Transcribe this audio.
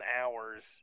hours